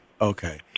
okay